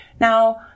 Now